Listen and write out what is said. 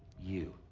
you,